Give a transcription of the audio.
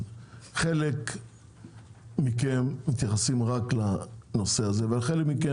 חלק מכם מתייחסים רק לנושא הזה אבל חלק מכם